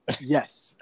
Yes